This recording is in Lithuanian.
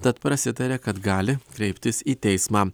tad prasitarė kad gali kreiptis į teismą